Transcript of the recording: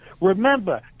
Remember